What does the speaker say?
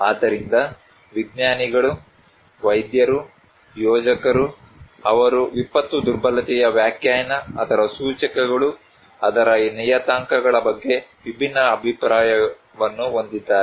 ಆದ್ದರಿಂದ ವಿಜ್ಞಾನಿಗಳು ವೈದ್ಯರು ಯೋಜಕರು ಅವರು ವಿಪತ್ತು ದುರ್ಬಲತೆಯ ವ್ಯಾಖ್ಯಾನ ಅದರ ಸೂಚಕಗಳು ಅದರ ನಿಯತಾಂಕಗಳ ಬಗ್ಗೆ ವಿಭಿನ್ನ ಅಭಿಪ್ರಾಯವನ್ನು ಹೊಂದಿದ್ದಾರೆ